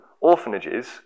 Orphanages